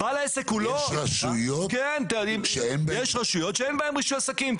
יש רשויות שאין בהן רישוי עסקים.